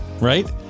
right